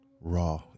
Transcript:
raw